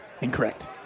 Incorrect